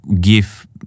give